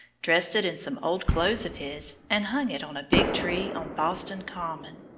dressed it in some old clothes of his, and hung it on a big tree on boston common.